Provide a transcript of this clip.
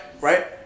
Right